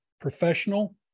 professional